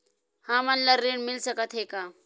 हमन ला ऋण मिल सकत हे का?